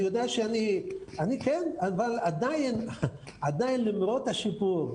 עדיין למרות השיפור,